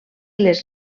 les